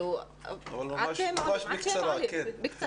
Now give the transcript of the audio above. בקצרה.